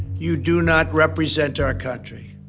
you do not represent our country.